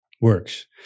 works